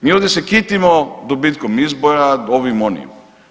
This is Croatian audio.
Mi ovdje se kitimo dobitkom izvora, ovim, onim.